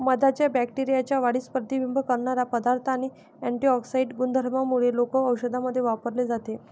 मधाच्या बॅक्टेरियाच्या वाढीस प्रतिबंध करणारा पदार्थ आणि अँटिऑक्सिडेंट गुणधर्मांमुळे लोक औषधांमध्ये वापरले जाते